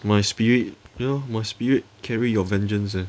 my spirit you know my spirit carry your vengeance leh